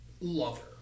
lover